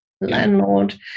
landlord